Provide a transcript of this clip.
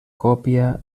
còpia